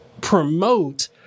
promote